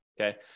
okay